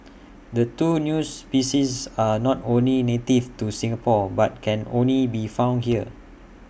the two new species are not only native to Singapore but can only be found here